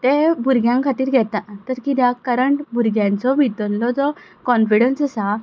तें भुरग्यां खातीर घेता तर किद्याक कारण भुरग्यांचो भितरलो जो कॉनफिडंस आसा